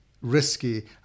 risky